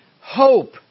hope